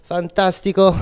Fantastico